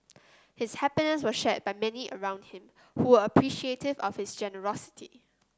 his happiness was shared by many around him who were appreciative of his generosity